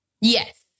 Yes